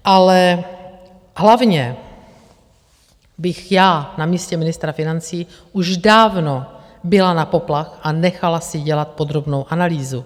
Ale hlavně bych já na místě ministra financí už dávno bila na poplach a nechala si dělat podrobnou analýzu.